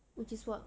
which is what